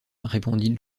répondit